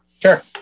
Sure